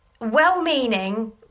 well-meaning